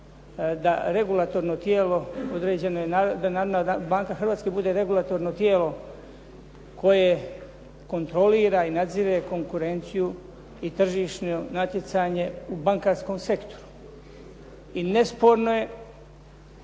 da regulatorno tijelo određeno je da Narodna banka Hrvatske bude regulatorno tijelo koje kontrolira i nadzire konkurenciju i tržišno natjecanje u bankarskom sektoru. I nesporno je